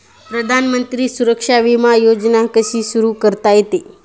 प्रधानमंत्री सुरक्षा विमा योजना कशी सुरू करता येते?